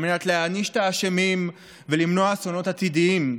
על מנת להאשים את האשמים ולמנוע אסונות עתידיים.